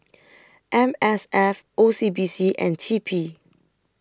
M S F O C B C and T P